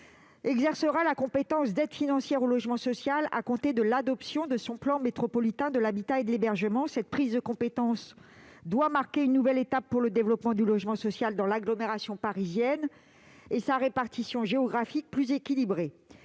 exercera la compétence d'attribution d'aides financières au logement social à compter de l'adoption de son plan métropolitain de l'habitat et de l'hébergement. Cette prise de compétence doit marquer une nouvelle étape pour le développement du logement social dans l'agglomération parisienne et sa répartition géographique plus équilibrée.